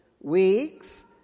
weeks